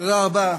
תודה רבה.